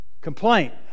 Complaint